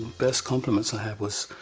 best compliments i had was,